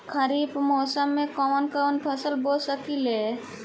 खरिफ मौसम में कवन कवन फसल बो सकि ले?